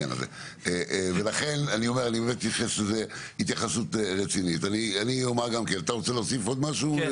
רשות המים רוצים להוסיף עוד משהו?